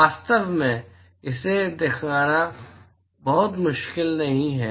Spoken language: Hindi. वास्तव में इसे दिखाना बहुत मुश्किल नहीं है